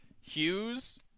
Hughes